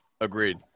Agreed